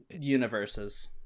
universes